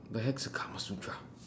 the heck's a karmasutra